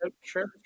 Sure